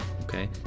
Okay